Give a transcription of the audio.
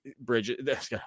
Bridges